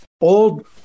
old